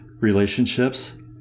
relationships